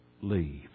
leave